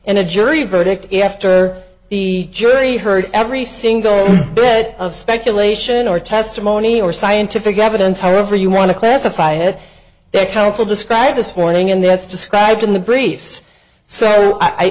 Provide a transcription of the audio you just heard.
and a jury verdict after the jury heard every single bit of speculation or testimony or scientific evidence however you want to classify have their counsel describe this morning and that's described in the briefs so i